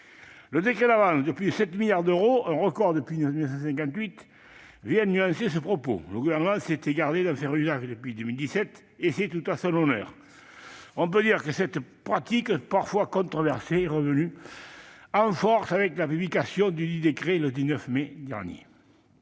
Le décret d'avance de plus de 7 milliards d'euros, un record depuis 1958, vient nuancer ce propos. Le Gouvernement s'était gardé d'en faire usage depuis 2017, et c'était tout à son honneur. On peut dire que cette pratique, parfois controversée, est revenue en force avec la publication, le 19 mai dernier,